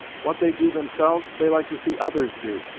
what they do themselves, they like to see others do.